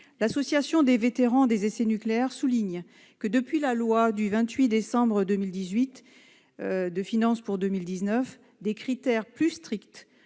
L'Association des vétérans des essais nucléaires, l'AVEN, souligne que, depuis la loi du 28 décembre 2018 de finances pour 2019, des critères plus stricts